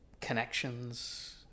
connections